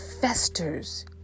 festers